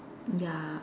ya